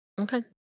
Okay